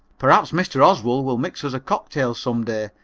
perhaps mr. oswald will mix us a cocktail some day,